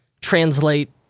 translate